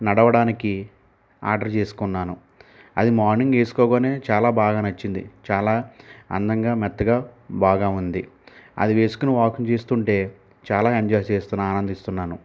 నడవడానికి ఆర్డర్ చేసుకున్నాను అది మార్నింగ్ వేసుకోగానే చాలా బాగా నచ్చింది చాలా అందంగా మెత్తగా బాగా ఉంది అది వేసుకుని వాకింగ్ చేస్తుంటే చాలా ఎంజాయ్ చేస్తున్నా ఆనందిస్తున్నాను